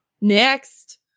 next